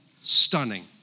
stunning